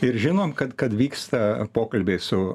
ir žinom kad kad vyksta pokalbiai su